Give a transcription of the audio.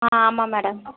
ஆ ஆமாம் மேடம்